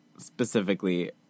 specifically